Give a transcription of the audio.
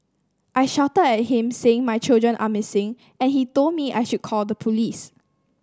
I shouted at him saying my children are missing and he told me I should call the police